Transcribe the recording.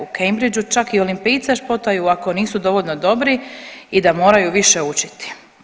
U Cembridgeu čak i olimpijce špotaju ako nisu dovoljno dobri i da moraju više učiti.